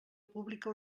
pública